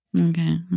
Okay